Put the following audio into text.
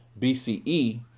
BCE